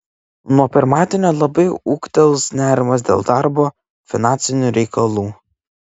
nuo pirmadienio labai ūgtels nerimas dėl darbo finansinių reikalų